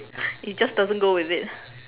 it just doesn't go with it